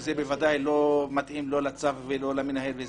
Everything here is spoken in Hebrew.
שזה בוודאי לא מתאים לא לצו ולא למנהל,